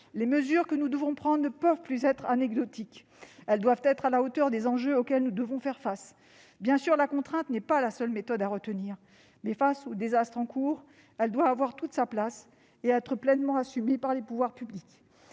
Les mesures que nous devons prendre ne peuvent plus être anecdotiques. Elles doivent être à la hauteur des enjeux auxquels nous devons faire face. Bien sûr, la contrainte n'est pas la seule méthode à retenir, mais, face au désastre en cours, elle doit avoir toute sa place et être pleinement assumée par les pouvoirs publics.